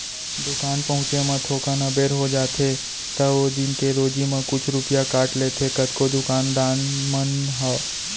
दुकान पहुँचे म थोकन अबेर हो जाथे त ओ दिन के रोजी म कुछ रूपिया काट लेथें कतको दुकान दान मन ह